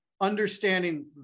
understanding